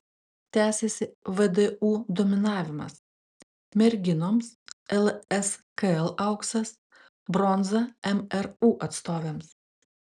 tęsiasi vdu dominavimas merginoms lskl auksas bronza mru atstovėms